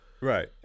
Right